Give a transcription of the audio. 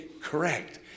correct